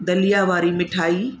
दलिया वारी मिठाई